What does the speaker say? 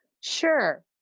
Sure